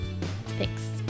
Thanks